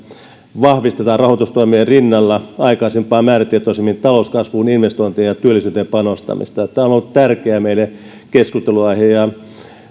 vahvistetaan rahoitustoimien rinnalla aikaisempaa määrätietoisemmin talouskasvuun investointiin ja työllisyyteen panostamista tämä on ollut meille tärkeä keskustelunaihe